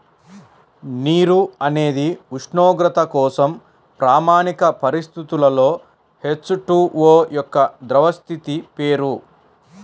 నీరు అనేది ఉష్ణోగ్రత కోసం ప్రామాణిక పరిస్థితులలో హెచ్.టు.ఓ యొక్క ద్రవ స్థితి పేరు